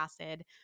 acid